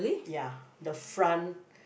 ya the front